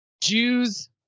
Jews